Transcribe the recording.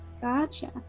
gotcha